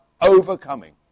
overcoming